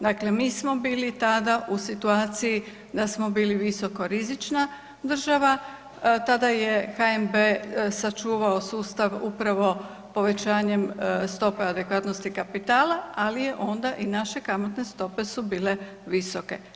Dakle, mi smo bili tada u situaciji da smo bili visokorizična država, tada je HNB sačuvao sustav upravo povećanjem stope adekvatnosti kapitala, ali je onda i naše kamatne stope su bile visoke.